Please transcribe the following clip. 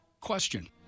Question